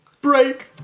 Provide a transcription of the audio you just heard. break